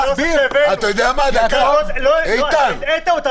שזה יהיה שוויוני